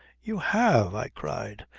you have! i cried.